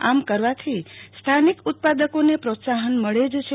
આમ કરવાથી સ્થાનિક ઉત્પાદકોને પ્રોત્સાફન મળે છે